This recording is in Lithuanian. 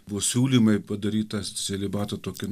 buvo siūlymai padaryt tą celibatą tokį